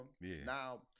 Now